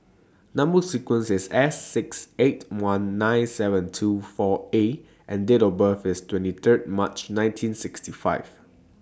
Number sequence IS S six eight one nine seven two four A and Date of birth IS twenty Third March nineteen sixty five